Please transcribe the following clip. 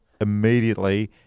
immediately